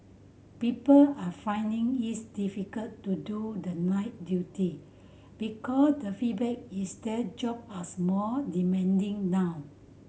people are finding it's difficult to do the night duty because the feedback is that job as more demanding now